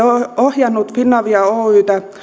ohjannut finavia oyjtä